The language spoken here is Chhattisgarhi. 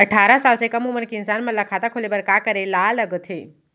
अट्ठारह साल से कम उमर के इंसान मन ला खाता खोले बर का करे ला लगथे?